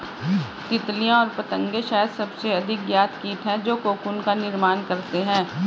तितलियाँ और पतंगे शायद सबसे अधिक ज्ञात कीट हैं जो कोकून का निर्माण करते हैं